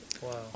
wow